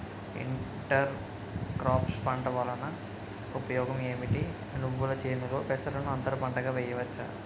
Inter crops పంట వలన ఉపయోగం ఏమిటి? నువ్వుల చేనులో పెసరను అంతర పంటగా వేయవచ్చా?